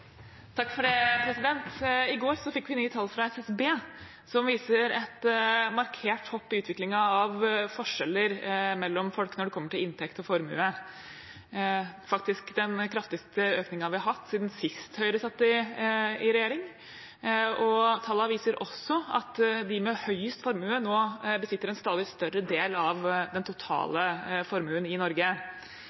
går fikk vi nye tall fra SSB som viser et markert hopp i utviklingen av forskjeller mellom folk når det kommer til inntekt og formue – faktisk den kraftigste økningen vi har hatt siden sist Høyre satt i regjering. Tallene viser også at de med høyest formue nå besitter en stadig større del av den totale formuen i